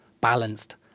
balanced